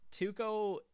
Tuco